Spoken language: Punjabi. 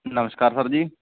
ਨਮਸਕਾਰ ਸਰ ਜੀ